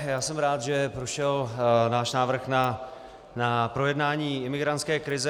Já jsem rád, že prošel náš návrh na projednání imigrantské krize.